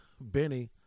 Benny